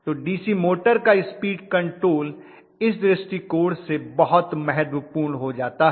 तो DC motor का speed control इस दृष्टिकोण से बहुत महत्वपूर्ण हो जाता है